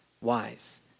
wise